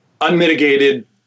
unmitigated